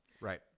Right